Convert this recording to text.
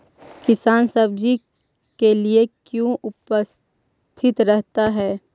किसान सब्जी के लिए क्यों उपस्थित रहता है?